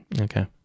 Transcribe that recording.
okay